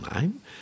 name